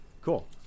cool